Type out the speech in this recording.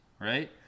right